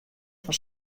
fan